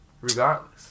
Regardless